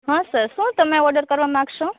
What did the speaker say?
હા સર શું તમે ઓડર કરવા માગશો